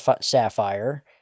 sapphire